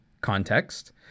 context